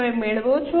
તમે મેળવો છો